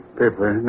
paper